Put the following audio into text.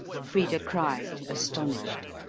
frida cried, astonished.